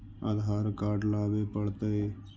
आधार card लाबे पड़तै?